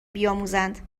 بیاموزند